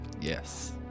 Yes